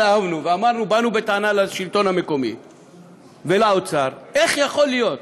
התלהבנו ובאנו בטענה לשלטון המקומי ולאוצר: איך יכול להיות,